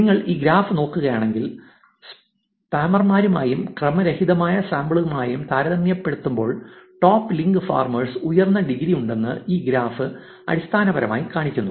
നിങ്ങൾ ഈ ഗ്രാഫ് നോക്കുകയാണെങ്കിൽ സ്പാമർമാരുമായും ക്രമരഹിതമായ സാമ്പിളുകളുമായും താരതമ്യപ്പെടുത്തുമ്പോൾ ടോപ്പ് ലിങ്ക് ഫാർമേഴ്സ് ഉയർന്ന ഡിഗ്രിയുണ്ടെന്ന് ഈ ഗ്രാഫ് അടിസ്ഥാനപരമായി കാണിക്കുന്നു